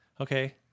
Okay